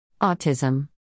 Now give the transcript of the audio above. Autism